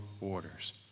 orders